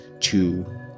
two